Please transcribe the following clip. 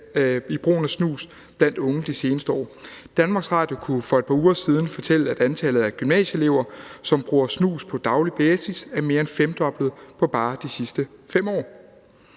i brugen af snus blandt unge de seneste år. Danmarks Radio kunne for et par uger siden fortælle, at antallet af gymnasieelever, som bruger snus på daglig basis, er mere end femdoblet på bare de sidste 5 år.